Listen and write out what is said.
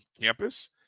campus